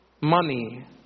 Money